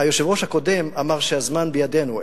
היושב-ראש הקודם אמר שהזמן בידינו,